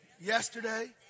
Yesterday